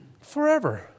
forever